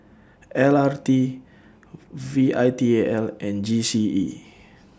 L R T V I T A L and G C E